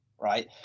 right